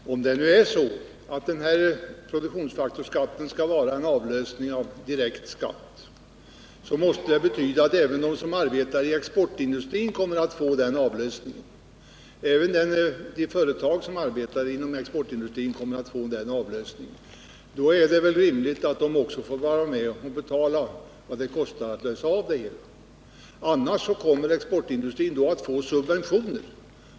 Herr talman! Om det nu är så att produktionsfaktorsskatten skall vara en avlösning av direkt skatt, så måste det betyda att även de företag som arbetar inom exportindustrin kommer att få den avlösningen. Då är det väl rimligt att också dessa får vara med och betala vad avlösningen kostar. Annars kommer exportindustrin att få subventioner.